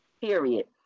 period